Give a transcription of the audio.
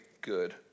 good